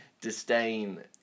disdain